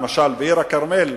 למשל בעיר-הכרמל,